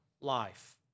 life